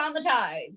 traumatized